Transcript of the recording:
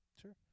Sure